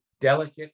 delicate